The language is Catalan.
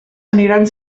aniran